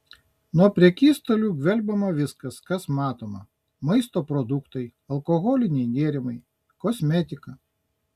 nuo prekystalių gvelbiama viskas kas matoma maisto produktai alkoholiniai gėrimai kosmetika